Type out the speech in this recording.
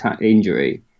injury